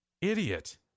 Idiot